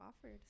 offered